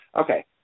Okay